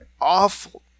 awful